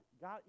God